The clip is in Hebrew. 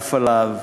המועדף עליו.